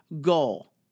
goal